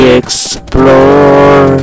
explore